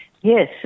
Yes